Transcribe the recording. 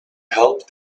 help